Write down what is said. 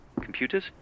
Computers